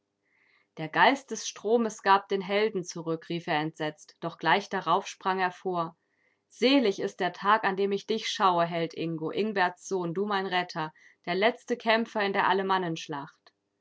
der geist des stromes gab den helden zurück rief er entsetzt doch gleich darauf sprang er vor selig ist der tag an dem ich dich schaue held ingo ingberts sohn du mein retter der letzte kämpfer in der